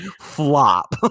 flop